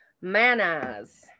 Manas